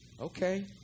okay